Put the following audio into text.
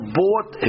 bought